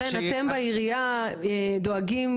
חן, אתם בעירייה דואגים?